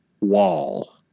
wall